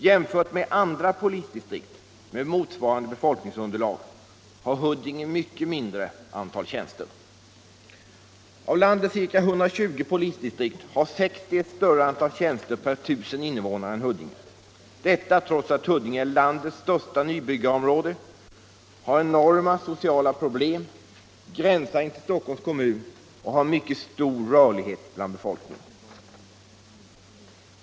Jämfört med andra polisdistrikt med motsvarande befolkningsunderlag har Huddinge mycket mindre an 39 tal tjänster. Av landets ca 120 polisdistrikt har 60 ett större antal tjänster per 1000 invånare än Huddinge — detta trots att Huddinge är landets största nybyggarområde, har enorma sociala problem, gränsar intill Stockholms kommun och har mycket stor rörlighet bland befolkningen.